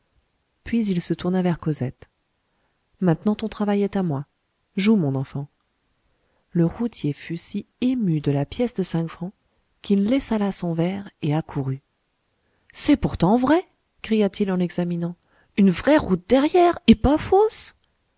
puis il se tourna vers cosette maintenant ton travail est à moi joue mon enfant le routier fut si ému de la pièce de cinq francs qu'il laissa là son verre et accourut c'est pourtant vrai cria-t-il en l'examinant une vraie roue de derrière et pas fausse